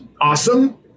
awesome